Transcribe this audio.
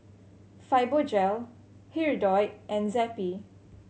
Fibogel Hirudoid and Zappy